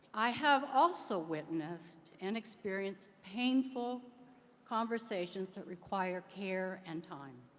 i have also witnessed and experienced painful conversations that require care and time.